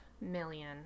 million